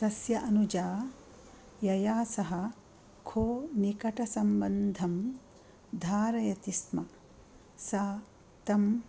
तस्य अनुजा यया सह को निकटसम्बन्धं धारयति स्म सा तं